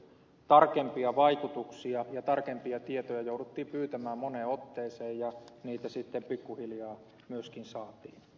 tarkempia vaikutuksia ja tarkempia tietoja jouduttiin pyytämään moneen otteeseen ja niitä sitten pikkuhiljaa myöskin saatiin